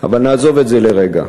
אבל נעזוב את זה לרגע.